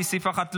לסעיף 1,